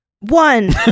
one